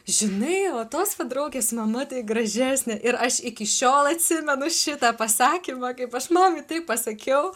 žinai o tos va draugės mama tai gražesnė ir aš iki šiol atsimenu šitą pasakymą kaip aš mamai tai pasakiau